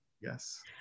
Yes